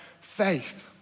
faith